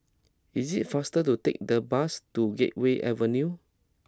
it is faster to take the bus to Gateway Avenue